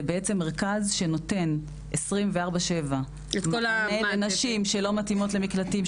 זה מרכז שנותן 24/7 מענה לנשים שלא מתאימות למקלטים,